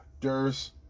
Durs